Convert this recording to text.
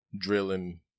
Drilling